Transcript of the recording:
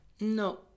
no